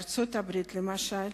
ארצות-הברית למשל,